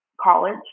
college